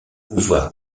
pouvoir